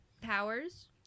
powers